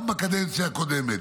גם בקדנציה הקודמת,